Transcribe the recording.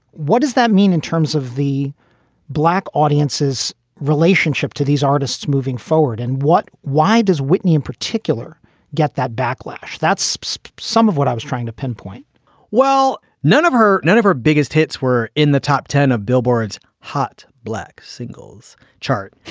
what does that mean in terms of the black audiences relationship to these artists moving forward? and what why does whitney in particular get that backlash? that's so some of what i was trying to pinpoint well, none of her none of her biggest hits were in the top ten of billboard's hot black singles chart.